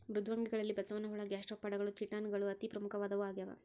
ಮೃದ್ವಂಗಿಗಳಲ್ಲಿ ಬಸವನಹುಳ ಗ್ಯಾಸ್ಟ್ರೋಪಾಡಗಳು ಚಿಟಾನ್ ಗಳು ಅತಿ ಪ್ರಮುಖವಾದವು ಆಗ್ಯಾವ